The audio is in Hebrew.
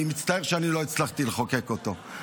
אני מצטער שאני לא הצלחתי לחוקק אותו.